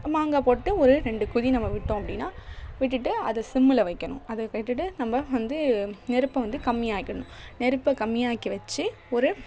மாங்காய் போட்டு ஒரு ரெண்டு கொதி நம்ம விட்டோம் அப்படின்னா விட்டுவிட்டு அதை சிம்மில் வைக்கணும் அதை விட்டுவிட்டு நம்ப வந்து நெருப்பை வந்து கம்மியாக்கிவிட்ணும் நெருப்பை கம்மியாக்கி வச்சு ஒரு